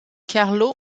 carlo